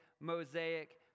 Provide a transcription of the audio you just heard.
Mosaic